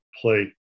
play